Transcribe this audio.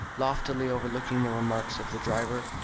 loftily overlooking the remarks of the driver.